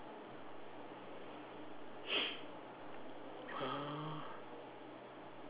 uh